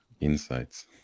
insights